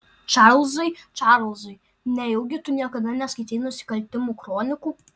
čarlzai čarlzai nejaugi tu niekada neskaitei nusikaltimų kronikų